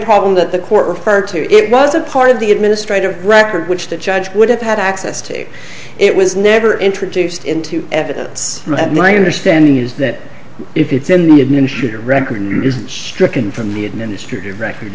problem that the court referred to it was a part of the administrative record which the judge would have had access to it was never introduced into evidence that my understanding is that if it's in the initiator record stricken from the administrative record